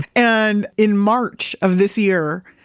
and in march of this year,